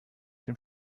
dem